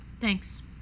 thanks